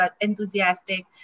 enthusiastic